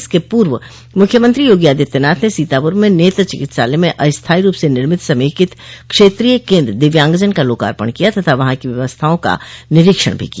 इसके पूर्व मुख्यमंत्री योगी आदित्यनाथ ने सीतापुर में नेत्र चिकित्सालय में अस्थायी रूप से निर्मित समेकित क्षेत्रीय केन्द्र दिव्यांगजन का लाकार्पण किया तथा वहाँ की व्यवस्थाओं का निरीक्षण भी किया